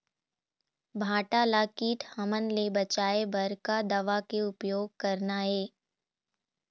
भांटा ला कीट हमन ले बचाए बर का दवा के उपयोग करना ये?